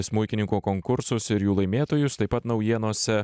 smuikininko konkursus ir jų laimėtojus taip pat naujienose